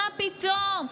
מה פתאום,